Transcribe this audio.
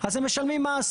אז הם משלמים מס.